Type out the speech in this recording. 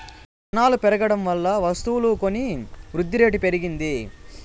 జనాలు పెరగడం వల్ల వస్తువులు కొని వృద్ధిరేటు పెరిగింది